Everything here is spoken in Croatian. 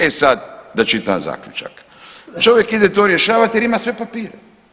E sad, da čitam zaključak, čovjek ide to rješavati jer ima sve papire.